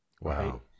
Wow